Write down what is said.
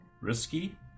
risky